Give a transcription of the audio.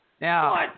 Now